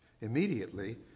Immediately